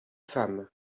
femme